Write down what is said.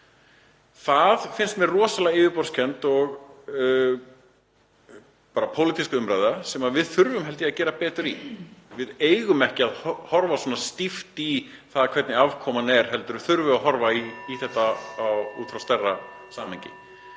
Mér finnst það rosalega yfirborðskennd pólitísk umræða sem við þurfum að gera betur í. Við eigum ekki að horfa svona stíft í það hvernig afkoman er heldur þurfum við að horfa á þetta út frá stærra samhengi.